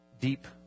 deep